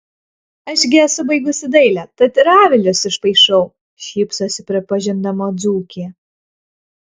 aš gi esu baigusi dailę tad ir avilius išpaišau šypsosi prisipažindama dzūkė